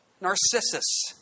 Narcissus